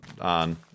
on